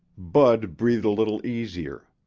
bud breathed a little easier.